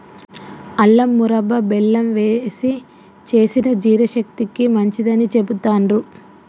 అల్లం మురబ్భ బెల్లం వేశి చేసిన జీర్ణశక్తికి మంచిదని చెబుతాండ్రు